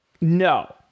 No